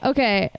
Okay